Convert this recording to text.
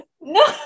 No